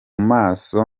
maso